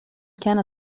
كان